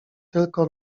tylko